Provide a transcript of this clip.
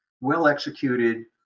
well-executed